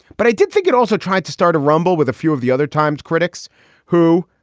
but i didn't think it also tried to start a rumble with a few of the other times critics who,